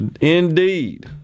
Indeed